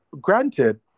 granted